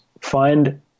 find